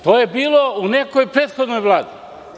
To je bilo u nekoj prethodnoj Vladi.